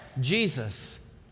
Jesus